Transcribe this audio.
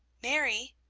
mary,